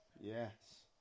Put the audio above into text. Yes